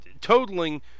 totaling